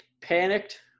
panicked